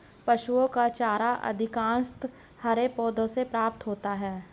पशुओं का चारा अधिकांशतः हरे पौधों से प्राप्त होता है